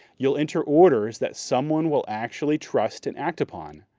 you'll enter orders that someone will actually trust and act upon.